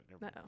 no